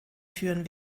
führen